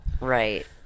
right